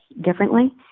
differently